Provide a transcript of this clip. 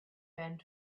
bent